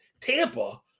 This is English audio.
Tampa